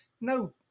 No